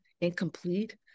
incomplete